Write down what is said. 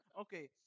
okay